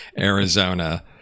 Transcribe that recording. Arizona